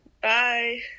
bye